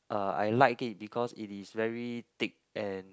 uh I like it because it is very thick and